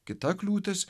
kita kliūtis